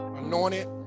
anointed